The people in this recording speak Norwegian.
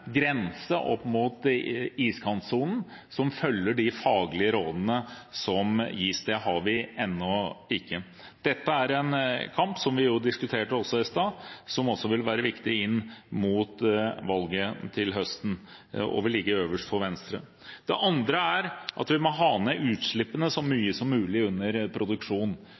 grense opp mot iskantsonen som følger de faglige rådene som gis. Det har vi ennå ikke. Dette er en kamp, som vi diskuterte også i sted, som også vil være viktig inn mot valget til høsten, og som vil ligge øverst for Venstre. Det andre er at vi må ha ned utslippene så mye som mulig under produksjon.